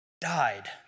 died